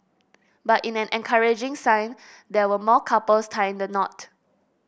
but in an encouraging sign there were more couples tying the knot